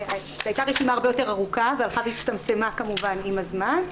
הייתה רשימה הרבה יותר ארוכה והיא הלכה והצטמצמה כמובן עם הזמן.